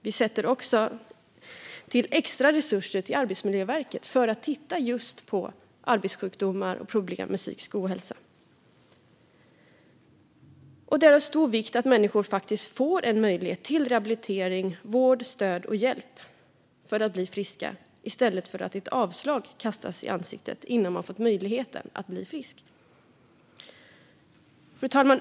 Vi sätter också in extra resurser till Arbetsmiljöverket för att man ska titta just på arbetssjukdomar och problem med psykisk ohälsa. Det är av stor vikt att människor faktiskt får möjlighet till rehabilitering, vård, stöd och hjälp för att bli friska, i stället för att de får ett avslag kastat i ansiktet innan de fått möjlighet att bli friska. Fru talman!